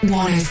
one